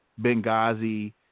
Benghazi